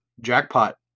jackpot